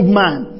man